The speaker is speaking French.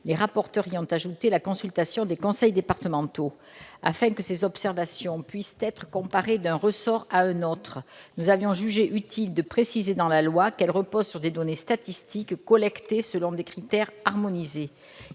Les rapporteurs y ont ajouté la consultation des conseils départementaux. Afin que ces observations puissent être comparées d'un ressort à un autre, nous avions jugé utile de préciser dans la loi qu'elles reposent sur des données statistiques collectées selon des critères harmonisés.